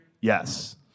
Yes